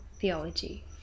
theology